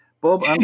Bob